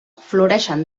floreixen